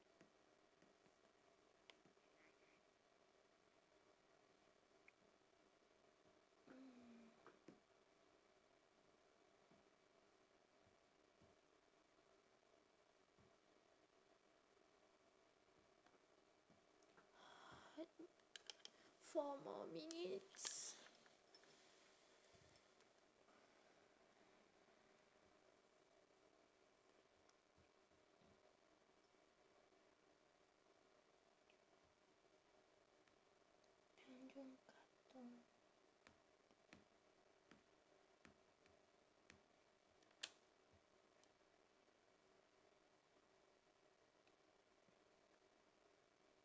hmm four more minutes tanjong katong